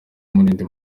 umurindi